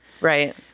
right